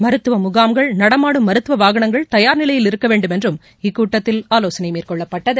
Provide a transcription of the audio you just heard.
மருத்துவ முகாம்கள் நடமாடும் மருத்துவ வாகனங்கள் தயார் நிலையில் இருக்க வேண்டும் என்றும் இக்கூட்டத்தில் ஆலோசனை மேற்கொள்ளப்பட்டது